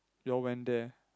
you all went there